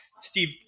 steve